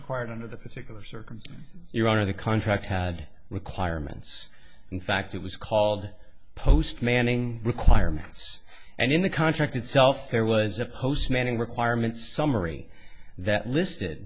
required under the particular circumstances your honor the contract had requirements in fact it was called post manning requirements and in the contract itself there was a post manning requirement summary that list